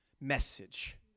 message